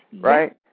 right